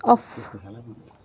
off